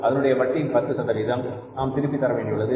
அதனுடைய வட்டி 10 நாம் திருப்பித் தர வேண்டி உள்ளது